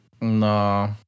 No